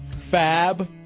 Fab